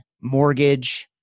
mortgage